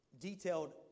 detailed